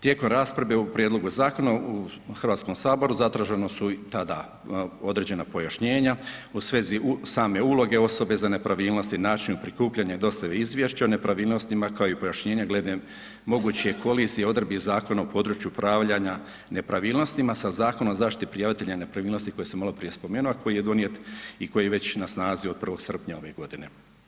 Tijekom rasprave u prijedlogu zakona u Hrvatskom saboru, zatražena su tada određena pojašnjenja u svezi same uloge osobe za nepravilnosti, načinu prikupljanja i dostavi izvješća o nepravilnostima kao i pojašnjenja glede moguće kolizije odredbi Zakona o području upravljanja nepravilnostima sa Zakonom o zaštiti prijavitelja nepravilnosti koje sam maloprije spomenuo a koji je donijet i koji je već na snazi od 1. srpnja ove godine.